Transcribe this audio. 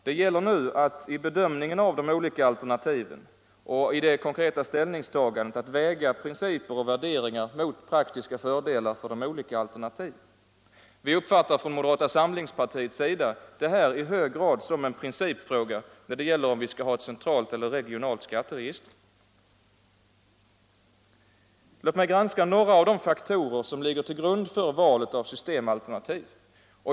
Det Bäller nu vid bedömningen äv de olika alternativen, Torsdagen den och i det konkreta ställningstagandet, att väga principer och värderingar 29 maj 1975 mot praktiska fördelar för de olika alternativen. Vi uppfattar detta från moderata samlingspartiets sida i hög grad som en principfråga, när det — Nytt system för gäller om vi skall ha ett centralt eller regionalt skatteregister. ADB inom folkbok Låt mig granska några av de faktorer som ligger till grund för valet — föringsoch av systemalternativ.